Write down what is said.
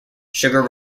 sugar